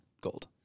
gold